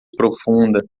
profunda